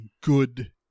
good